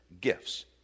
gifts